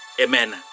Amen